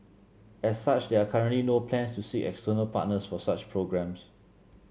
as such there are currently no plans to seek external partners for such programmes